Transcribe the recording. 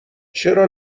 چرا